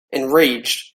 enraged